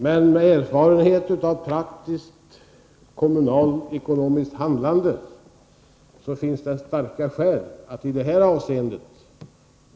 Men med erfarenhet av praktiskt kommunalt ekonomiskt handlande vet jag att det finns starka skäl att vara mycket försiktig i det här avseendet.